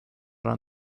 ran